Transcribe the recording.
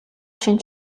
чинь